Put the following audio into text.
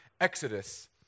exodus